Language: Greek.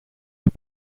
του